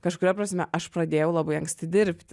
kažkuria prasme aš pradėjau labai anksti dirbti